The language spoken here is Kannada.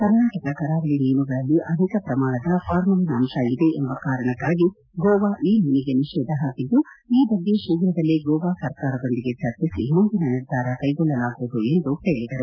ಕನಾಟಕ ಕರಾವಳಿ ಮೀನುಗಳಲ್ಲಿ ಅಧಿಕ ಪ್ರಮಾಣದ ಫಾರ್ಮಲಿನ್ ಅಂತ ಇದೆ ಎಂಬ ಕಾರಣ್ಣಾಗಿ ಗೋವಾ ಈ ಮೀನಿಗೆ ನಿಷೇಧ ಹಾಕದ್ದು ಈ ಬಗ್ಗೆ ಶೀಘ್ರದಲ್ಲೇ ಗೋವಾ ಸರ್ಕಾರದೊಂದಿಗೆ ಚರ್ಚಿಸಿ ಮುಂದಿನ ನಿರ್ಧಾರ ಕೈಗೊಳ್ಳಲಾಗುವುದು ಎಂದು ಅವರು ಹೇಳದರು